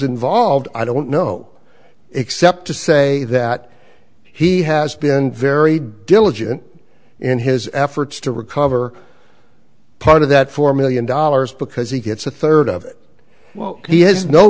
involved i don't know except to say that he has been very diligent in his efforts to recover part of that four million dollars because he gets a third of what he has no